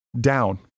down